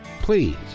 Please